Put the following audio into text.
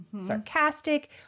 sarcastic